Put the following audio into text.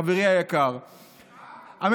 חברי היקר, סליחה.